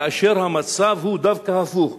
כאשר המצב הוא דווקא הפוך,